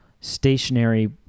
stationary